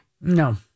No